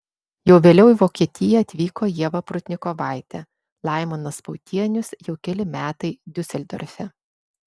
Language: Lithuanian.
jau vėliau į vokietiją atvyko ieva prudnikovaitė laimonas pautienius jau keli metai diuseldorfe